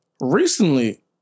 Recently